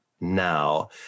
now